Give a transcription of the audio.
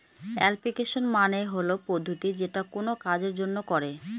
application মানে হল পদ্ধতি যেটা কোনো কাজের জন্য করে